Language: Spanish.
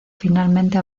finalmente